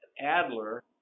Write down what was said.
Adler